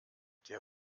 der